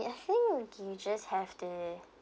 ya I think you just have to